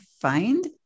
find